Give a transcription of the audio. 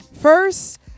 First